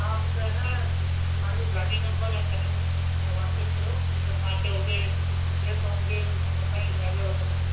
तव्हां मूंखे अइन पंहिंजी गाॾी नम्बर ऐं टाइम वॉट्सप कयो त तव्हांखे हुते प्लेटफ़ॉम जे मथां ई ड्राइवर वठणु अची